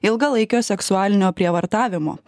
ilgalaikio seksualinio prievartavimo